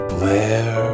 Blair